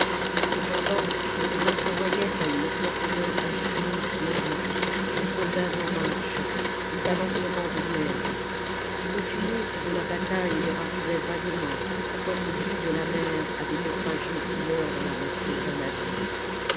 cependant ils entrevoyaient à une profondeur infinie des rues des soldats en marche des balancements de glaives et le tumulte de la bataille leur arrivait vaguement comme le bruit de la mer à des naufragés qui meurent dans la mâture d'un navire